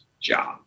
job